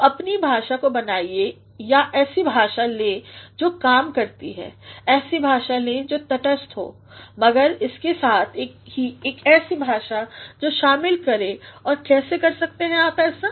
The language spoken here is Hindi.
तो अपनी भाषा को बनाइए या ऐसी भाषा लें जो काम करती है ऐसी भाषा लें जो तटस्थ हो मगर इसके साथ ही एक भाषा जो शामिल करे और कैसे कर सकते हैं आप ऐसा